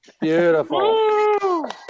beautiful